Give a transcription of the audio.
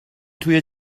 توی